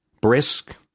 brisk